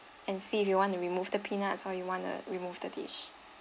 and see if you want to remove the peanuts or you wanna remove the dish